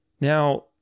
Now